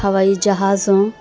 ہوائی جہاز ہوں